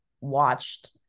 watched